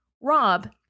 Rob